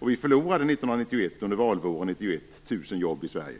Vi förlorade under valvåren 1991 1 000 jobb i Sverige.